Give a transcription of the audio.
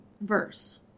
verse